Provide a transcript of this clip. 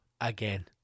again